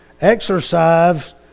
exercise